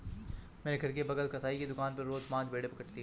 मेरे घर के बगल कसाई की दुकान पर रोज पांच भेड़ें कटाती है